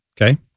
Okay